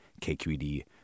KQED